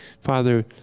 Father